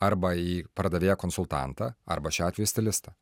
arba į pardavėją konsultantą arba šiuo atveju į stilistą